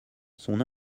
son